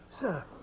sir